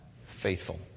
faithful